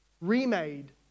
remade